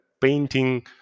painting